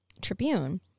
Tribune